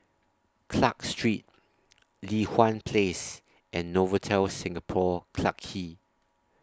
Clarke Street Li Hwan Place and Novotel Singapore Clarke Quay